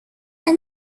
time